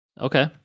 Okay